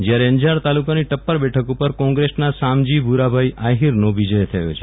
જયારે અંજાર તાલુકાની ટપ્પર બેઠક ઉપર કોંગ્રેસના શામજી ભુરાભાઈ આહિરનો વિજય થયો છે